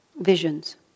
Visions